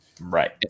Right